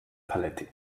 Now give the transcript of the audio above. paletti